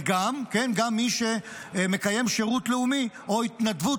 וגם מי שמקיים שירות לאומי או התנדבות